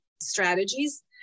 strategies